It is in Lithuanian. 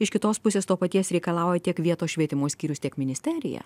iš kitos pusės to paties reikalauja tiek vietos švietimo skyrius tiek ministerija